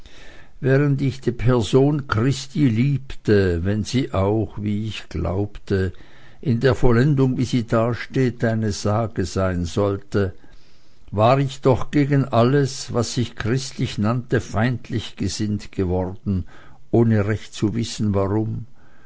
während ich die person christi liebte wenn sie auch wie ich glaubte in der vollendung wie sie dasteht eine sage sein sollte war ich doch gegen alles was sich christlich nannte feindlich gesinnt geworden ohne recht zu wissen warum